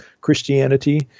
Christianity